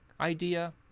idea